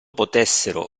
potessero